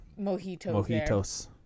mojitos